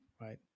right